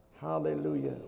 hallelujah